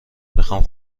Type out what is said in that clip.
میخوام